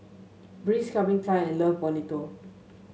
Breeze Calvin Klein and Love Bonito